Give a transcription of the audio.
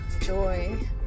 joy